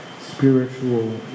spiritual